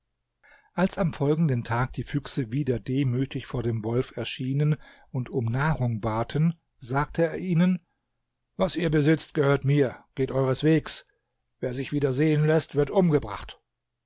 als am folgenden tag die füchse wieder demütig vor dem wolf erschienen und um nahrung baten sagte er ihnen was ihr besitzt gehört mir geht eueres wegs wer sich wieder sehen läßt wird umgebracht